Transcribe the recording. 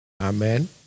Amen